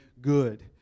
good